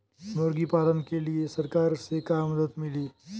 मुर्गी पालन के लीए सरकार से का मदद मिली?